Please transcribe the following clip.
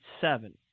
seven